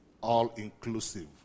all-inclusive